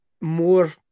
more